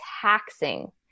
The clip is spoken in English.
taxing